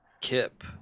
Kip